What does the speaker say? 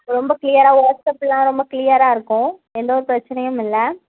ரொம்ப க்ளியராக வாட்ஸ் அப்லாம் ரொம்ப க்ளியராக இருக்கும் எந்தவொரு பிரச்சனையும் இல்லை